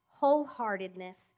wholeheartedness